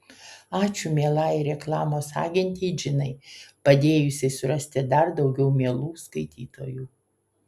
ačiū mielajai reklamos agentei džinai padėjusiai surasti dar daugiau mielų skaitytojų